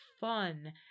fun